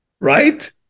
right